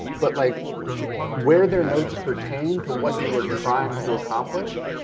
but like where their notes pertain to what you are trying to accomplish,